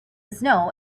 snow